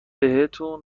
بهتون